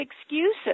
excuses